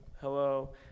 Hello